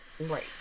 Right